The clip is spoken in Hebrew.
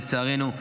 לצערנו,